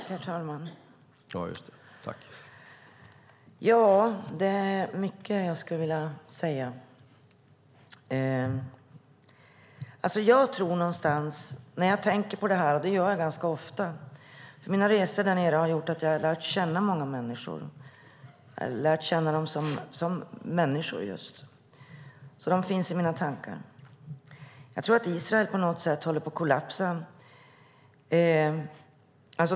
Herr talman! Det är mycket som jag skulle vilja säga. Jag tänker på det här ganska ofta, för mina resor där nere har gjort att jag har lärt känna många människor, lärt känna dem som just människor, så de finns i mina tankar. Jag tror att Israel på något sätt håller på att kollapsa.